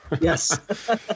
Yes